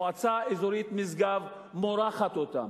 המועצה האזורית משגב מורחת אותם.